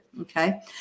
Okay